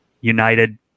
United